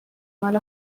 مال